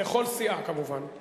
לכל סיעה כמובן.